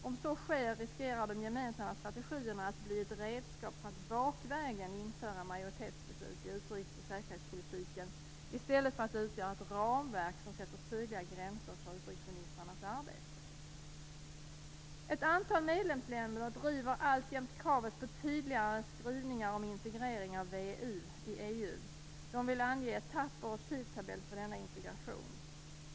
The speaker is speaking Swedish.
Om så sker riskerar de gemensamma strategierna att bli ett redskap för att bakvägen införa majoritetsbeslut i utrikes och säkerhetspolitiken i stället för att utgöra ett ramverk som sätter tydliga gränser för utrikesministrarnas arbete. Ett antal medlemsländer driver alltjämt kravet på tydligare skrivningar om integrering av VEU i EU. De vill ange etapper och tidtabell för denna integration.